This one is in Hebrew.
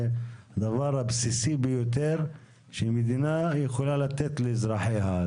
זה הדבר הבסיסי ביותר שמדינה יכולה לתת לאזרחיה,